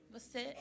Você